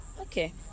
Okay